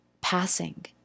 passing